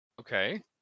okay